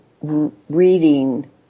reading